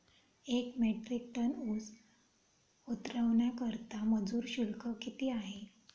एक metric ton ऊस उतरवण्याकरता मजूर शुल्क किती आहे?